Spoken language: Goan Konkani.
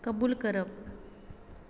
कबूल करप